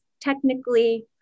technically